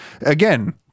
again